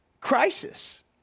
crisis